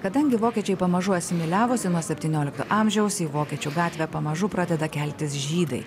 kadangi vokiečiai pamažu asimiliavosi nuo septyniolikto amžiaus į vokiečių gatvę pamažu pradeda keltis žydai